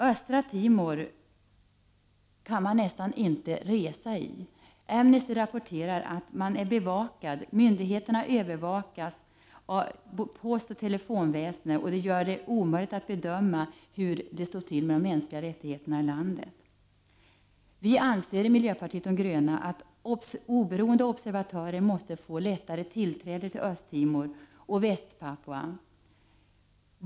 Östra Timor kan man nästan inte resa i. Amnesty rapporterar att man är bevakad. Myndigheterna övervakar postoch telefonväsendet, och det gör det omöjligt att bedöma hur det står till med de mänskliga rättigheterna i landet. Vi anser i miljöpartiet de gröna att oberoende observatörer måste få lättare tillträde till Östtimor och Väst-Papua.